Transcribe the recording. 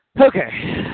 Okay